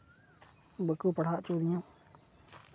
ᱵᱟᱹᱠᱩ ᱯᱟᱲᱦᱟᱣ ᱦᱚᱪᱚ ᱞᱤᱫᱤᱧᱟ